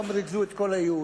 ששם ריכזו את כל היהודים,